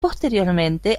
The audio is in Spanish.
posteriormente